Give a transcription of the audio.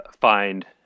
find